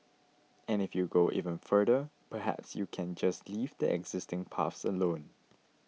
and if you go even further perhaps you can just leave the existing paths alone